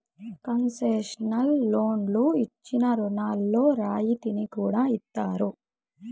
concessional లోన్లు ఇచ్చిన రుణాల్లో రాయితీని కూడా ఇత్తారు